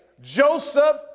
Joseph